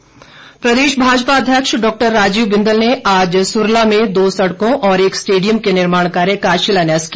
बिंदल प्रदेश भाजपा अध्यक्ष डॉक्टर राजीव बिंदल ने आज सुरला में दो सड़कों और एक स्टेडियम के निर्माण कार्य का शिलान्यास किया